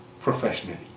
professionally